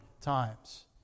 times